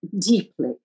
deeply